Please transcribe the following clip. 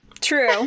true